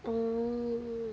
oh